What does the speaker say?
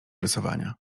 rysowania